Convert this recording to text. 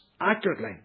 accurately